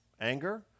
anger